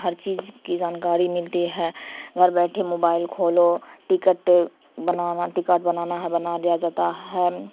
ہر چیز کی جانکاری ملتی ہے گھر بیٹھے موبائل کھولو ٹکٹ بنانا ٹکٹ بنانا ہے بنا دیا جاتا ہے